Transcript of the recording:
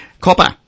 Copper